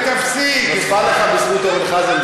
לגבי סעיף 42, חברים, תם הזמן.